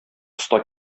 оста